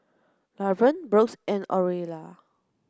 Lavern Brooks and Aurelia